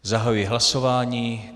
Zahajuji hlasování.